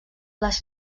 les